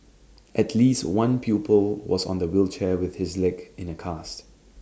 at least one pupil was on the wheelchair with his leg in A cast